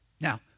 Now